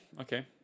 Okay